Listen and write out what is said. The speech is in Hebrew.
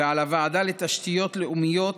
ועל הוועדה לתשתיות לאומיות